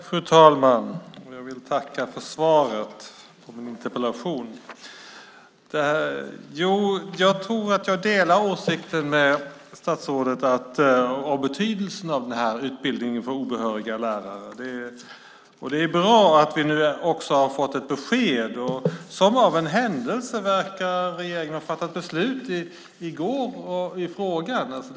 Fru talman! Jag vill tacka för svaret på min interpellation. Jag tror att jag delar åsikten med statsrådet om betydelsen av den här utbildningen för obehöriga lärare. Det är bra att vi nu har fått ett besked. Som av en händelse verkar regeringen ha fattat beslut i frågan i går.